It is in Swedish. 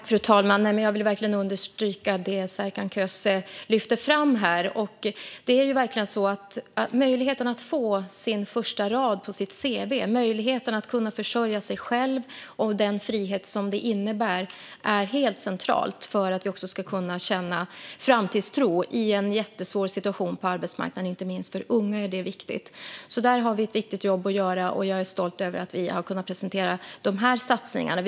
Fru talman! Jag vill verkligen understryka det Serkan Köse lyfter fram. Möjligheten att få sin första rad på cv:t och att försörja sig själv samt den frihet detta innebär är helt centrala för att kunna känna framtidstro i en jättesvår situation på arbetsmarknaden, inte minst för unga. Där har vi ett viktigt jobb att göra. Jag är stolt över att vi har kunnat presentera de här satsningarna.